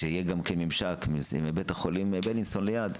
שיהיה גם ממשק עם בית החולים בילינסון ליד,